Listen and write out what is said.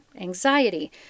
anxiety